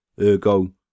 Ergo